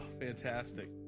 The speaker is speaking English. fantastic